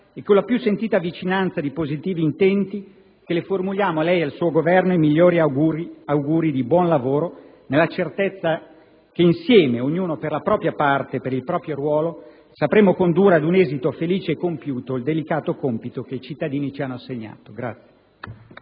e con la più sentita vicinanza di positivi intenti che formuliamo a lei ed al suo Governo i migliori auguri di buon lavoro, nella certezza che insieme - ognuno per la propria parte e per il proprio ruolo - sapremo condurre ad un esito felice e compiuto il delicato compito che i cittadini ci hanno assegnato.